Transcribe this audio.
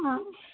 ആ